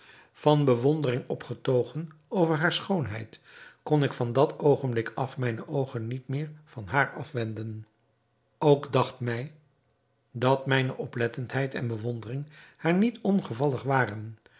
van bewondering opgetogen over hare schoonheid kon ik van dat oogenblik af mijne oogen niet meer van haar afwenden ook dacht mij dat mijne oplettendheid en bewondering haar niet ongevallig waren